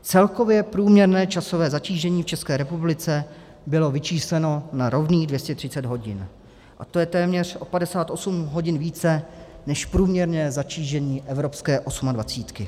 Celkově průměrné časové zatížení v České republice bylo vyčísleno na rovných 230 hodin, to je téměř o 58 hodin více než průměrné zatížení evropské osmadvacítky.